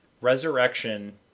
resurrection